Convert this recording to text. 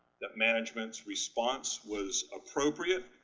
that management's response was appropriate,